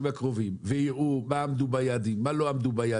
הקרובים ויראו באיזה יעדים עמדו ובאיזה לא.